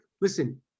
listen